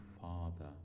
Father